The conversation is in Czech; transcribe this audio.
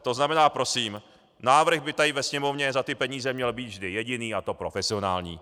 To znamená, prosím, návrh by tady ve Sněmovně za ty peníze měl být vždy jediný, a to profesionální.